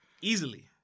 Easily